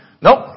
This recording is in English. Nope